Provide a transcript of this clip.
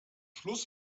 schluss